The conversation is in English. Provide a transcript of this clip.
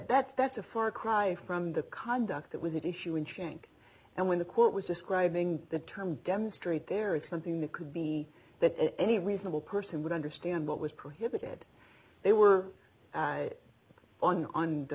that's that's a far cry from the conduct that was it issue in shank and when the quote was describing the term demonstrate there is something that could be that any reasonable person would understand what was prohibited they were